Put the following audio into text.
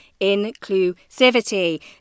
inclusivity